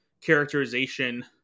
characterization